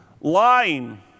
lying